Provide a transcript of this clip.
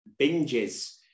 binges